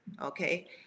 okay